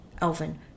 elven